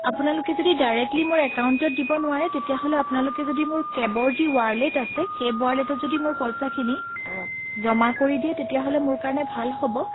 আপোনালোকে যদি ডাইৰেক্টলী মোৰ একাউন্টত দিব নোৱাৰে তেতিয়াহ'লে আপোনালোকে যদি মোৰ কেবৰ যি ৱাৰলেট আছে কেব ৱাৰলেটত যদি মোৰ পইচাখিনি জমা কৰি দিয়ে তেতিয়াহ'লে মোৰ কাৰণে ভাল হ'ব